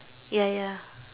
ya ya